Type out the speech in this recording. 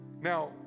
Now